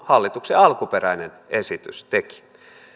hallituksen alkuperäinen esitys teki